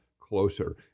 closer